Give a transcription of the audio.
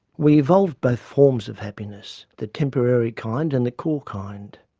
we evolved both forms of happiness, the temporary kind and the core kind,